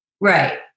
Right